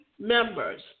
members